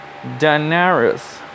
Daenerys